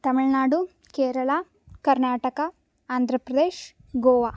तामिल्नाडु केरला कर्णाटकः आन्ध्रप्रदेशः गोवा